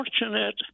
fortunate